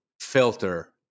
filter